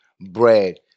bread